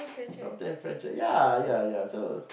top ten franchise ya ya ya so